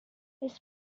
his